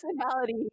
personality